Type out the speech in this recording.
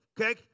okay